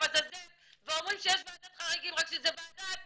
עזאזל ואומרים שיש ועדת חריגים רק שזו ועדה,